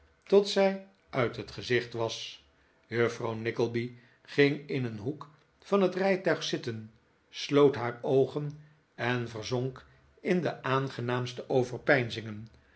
tot zij uit het gezicht was juffrouw nickleby ging in een hoek van het rijtuig zitten sloot haar oogen en verzonk in de aangenaamste